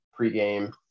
pregame